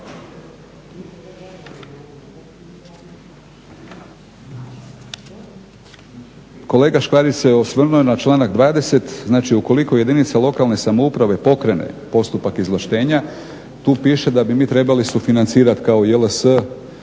Kolega Škvarić se osvrnuo na članak 20., znači ukoliko jedinica lokalne samouprave pokrene postupak izvlaštenja, tu piše da bi mi trebali sufinancirati, kao JLS